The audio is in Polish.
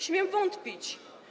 Śmiem wątpić.